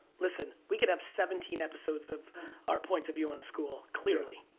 listen, we could have seventeen episodes of our points of view on school, clearly.